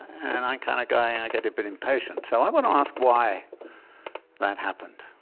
and i kind of go and i get a bit impatient. so i want to ask why that happened,